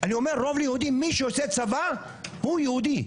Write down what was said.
אני אומר, רוב לא-יהודי, מי שעושה צבא הוא יהודי.